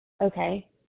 okay